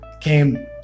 came